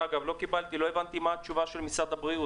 אגב, לא הבנתי מה התשובה של משרד הבריאות.